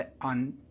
on